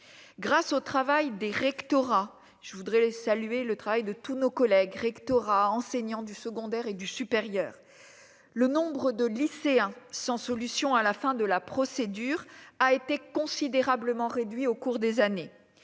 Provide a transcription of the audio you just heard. et du supérieur, le nombre de lycéens sans solution à la fin de la procédure a été considérablement réduit au cours des années,